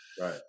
Right